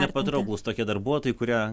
nepatrauklūs tokie darbuotojai kurie